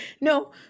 no